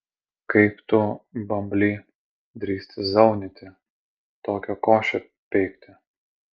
kaip tu bambly drįsti zaunyti tokią košę peikti